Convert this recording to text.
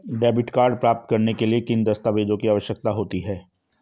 Debit card प्राप्त करने के लिए किन दस्तावेज़ों की आवश्यकता होती है?